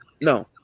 no